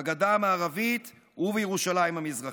בגדה המערבית ובירושלים המזרחית.